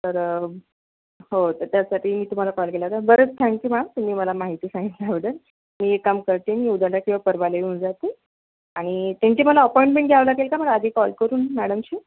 तर हो तर त्यासाठी तुम्हाला कॉल केला होता बरं थँक यू मॅम तुम्ही मला माहिती सांगितल्याबद्दल मी एक काम करते मी उद्याला किंवा परवाला येऊन जाते आणि त्यांची मला अपॉइंटमेंट घ्यावी लागेल का आधी कॉल करून मॅडमशी